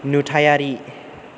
नुथाइयारि